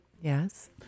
Yes